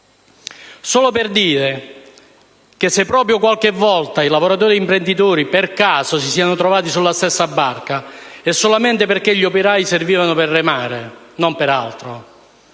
Solo per dire che, se proprio qualche volta i lavoratori e gli imprenditori si sono per caso trovati sulla stessa barca, è solamente perché gli operai servivano per remare, e non per altro.